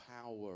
power